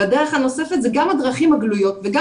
הדרך הנוספת היא גם הדרכים הגלויות וגם